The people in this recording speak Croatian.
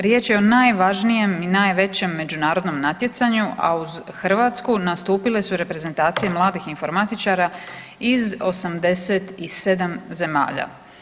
Riječ je o najvažnijem i najvećem međunarodnom natjecanju, a uz Hrvatsku nastupile su i reprezentacije mladih informatičara iz 87 zemalja.